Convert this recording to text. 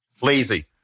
Lazy